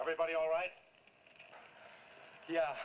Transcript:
everybody alright yeah